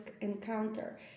encounter